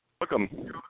Welcome